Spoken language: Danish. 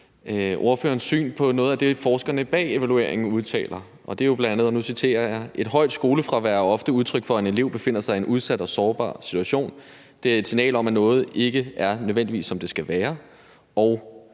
ordførerens syn på noget af det, forskerne bag evalueringen udtaler. Det er jo bl.a., og nu citerer jeg: »et højt skolefravær er ofte udtryk for, at en elev befinder sig i en udsat og sårbar position. Det er et signal om, at noget ikke er nødvendigvis, som det skal være,